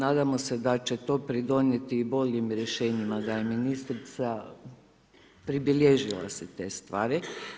Nadamo se da će to pridonijeti i boljim rješenjima da je ministrica pribilježila si te stvari.